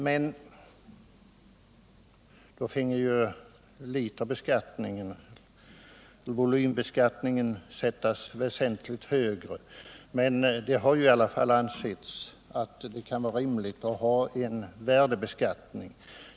Men i annat fall finge volymbeskattningen bli betydligt högre. Det har emellertid ansetts rimligt att ha en värdebeskattning.